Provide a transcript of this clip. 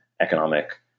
economic